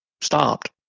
stopped